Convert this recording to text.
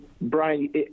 Brian